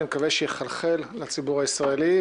אני מקווה שיחלחל לציבור הישראלי,